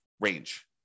range